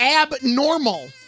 abnormal